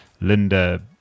Linda